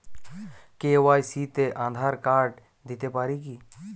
KYC তে Aadhaar card দিতে পারি কি?